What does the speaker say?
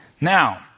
Now